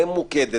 ממוקדת,